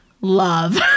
love